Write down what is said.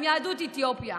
עם יהדות אתיופיה.